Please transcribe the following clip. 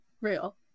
Real